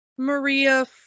Maria